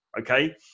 okay